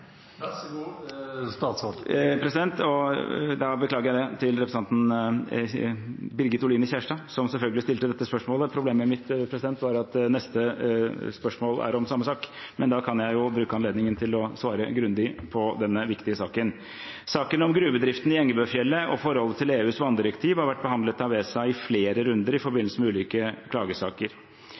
det til representanten Birgit Oline Kjerstad, som selvfølgelig stilte dette spørsmålet. Problemet mitt var at neste spørsmål er om samme sak, men da kan jeg bruke anledningen til å svare grundig på denne viktige saken. Saken om gruvedriften i Engebøfjellet og forholdet til EUs vanndirektiv har vært behandlet av ESA i flere runder i forbindelse med ulike klagesaker.